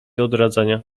odradzania